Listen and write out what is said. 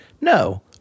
No